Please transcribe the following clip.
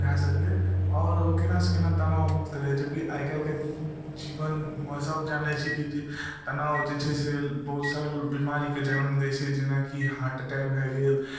भऽ सकै आओर ओ कोना से कोना तनावमुक्त रहै जबकि आइकाल्हिके जीवनमे सब जानै छै कि तनाव जे छै से बहुत सारा बेमारीके जनम दै छै जेनाकि हार्ट अटैक भऽ गेल